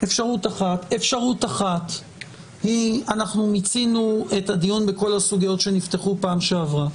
אפשרות אחת היא שאנחנו מיצינו את הדיון בכל הסוגיות שנפתחו פעם שעברה.